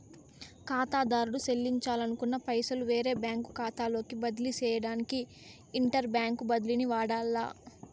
కాతాదారుడు సెల్లించాలనుకున్న పైసలు వేరే బ్యాంకు కాతాలోకి బదిలీ సేయడానికి ఇంటర్ బ్యాంకు బదిలీని వాడాల్ల